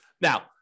Now